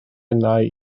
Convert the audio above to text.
innau